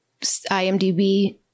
IMDb